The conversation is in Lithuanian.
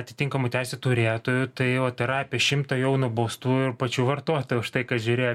atitinkamų teisių turėtojui tai jau tai yra apie šimtą jau nubaustų ir pačių vartotojų už tai kad žiūrėjo